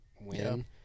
win